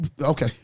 Okay